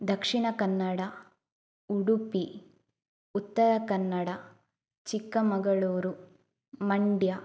Dakshina Kannada Udupi Uttara Kannada Chikkamagaluru Mandya